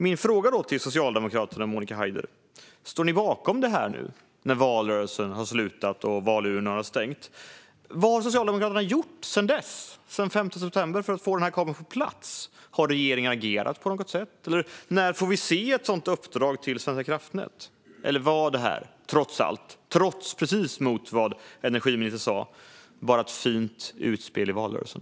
Min fråga till Socialdemokraterna och Monica Haider är om ni står bakom detta när valrörelsen har slutat och valurnorna har stängt. Vad har Socialdemokraterna gjort sedan den 5 september för att få kabeln på plats? Har regeringen agerat på något sätt? När får vi se ett sådant uppdrag till Svenska kraftnät? Eller var det som energiministern sa, trots allt, bara ett fint utspel i valrörelsen?